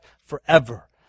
forever